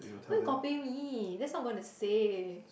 why you copy me that's not going to say